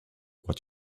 what